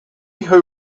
who